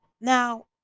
Now